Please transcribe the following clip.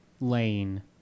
lane